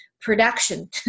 production